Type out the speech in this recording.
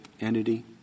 entity